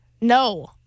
No